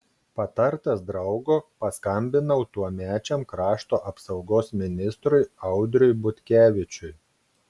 patartas draugo paskambinau tuomečiam krašto apsaugos ministrui audriui butkevičiui